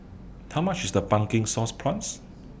How much IS The Pumpkin Sauce Prawns